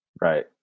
Right